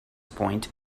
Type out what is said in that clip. point